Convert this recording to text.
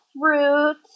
fruit